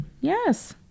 Yes